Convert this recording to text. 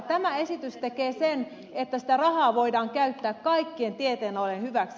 tämä esitys tekee sen että sitä rahaa voidaan käyttää kaikkien tieteenalojen hyväksi